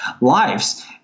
lives